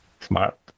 Smart